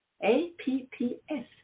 A-P-P-S